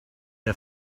der